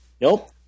Nope